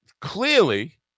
clearly